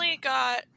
Got